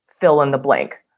fill-in-the-blank